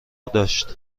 داشت